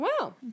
Wow